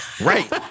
right